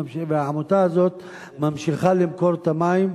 והעמותה הזאת ממשיכה למכור את המים,